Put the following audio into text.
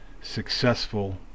successful